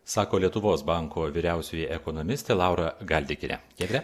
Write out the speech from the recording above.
sako lietuvos banko vyriausioji ekonomistė laura galdikienė giedre